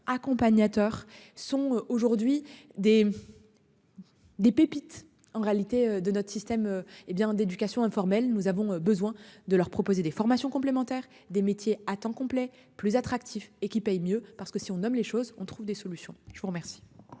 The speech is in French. accompagnateurs sont aujourd'hui des. Des pépites en réalité de notre système. Hé bien d'éducation informelle, nous avons besoin de leur proposer des formations complémentaires des métiers à temps complet plus attractif et qui paye mieux parce que si on nomme les choses on trouve des solutions. Je vous remercie.